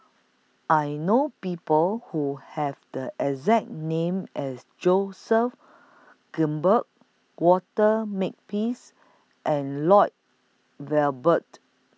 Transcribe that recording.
I know People Who Have The exact name as Joseph Grimberg Walter Makepeace and Lloyd Valberg